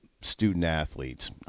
student-athletes